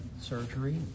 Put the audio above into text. surgery